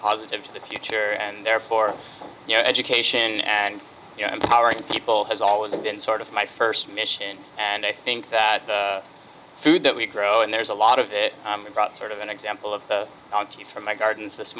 positive to the future and therefore you know education and empowering people has always been sort of my first mission and i think that the food that we grow and there's a lot of it brought sort of an example of tea from my gardens this